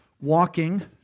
Walking